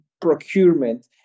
procurement